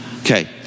Okay